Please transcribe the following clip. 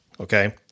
Okay